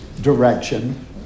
direction